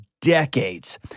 decades